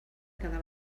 cada